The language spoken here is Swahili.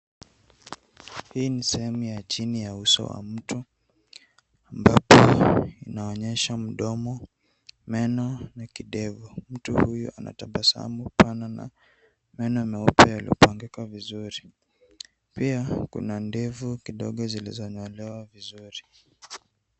Hii ni sehemu ya chini ya uso wa mtu ambapo inaonyesha mdomo , meno na kidevu. Mtu huyu anatabasamu pana na meno meupe yaliyopangika vizuri. Pia, kuna ndevu kidogo zilizonyolewa vizuri.